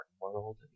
world